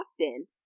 often